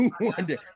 wonder